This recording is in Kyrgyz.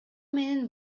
менин